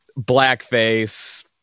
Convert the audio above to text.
Blackface